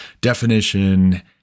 definition